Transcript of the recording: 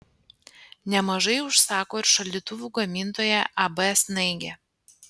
nemažai užsako ir šaldytuvų gamintoja ab snaigė